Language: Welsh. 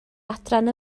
adran